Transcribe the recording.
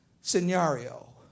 scenario